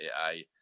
AI